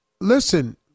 listen